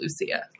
Lucia